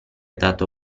dato